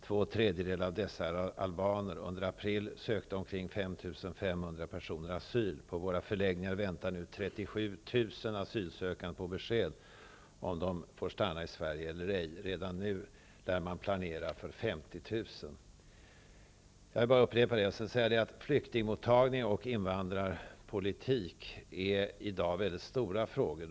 Två tredjedelar av dessa är albaner. Under april sökte omkring 5 500 personer asyl. På våra förläggningar väntar nu 37 000 asylsökande på besked om de får stanna eller ej. Redan nu lär man planera för 50 000. Flyktingmottagande och invandrarpolitik är i dag stora frågor.